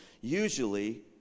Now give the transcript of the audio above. usually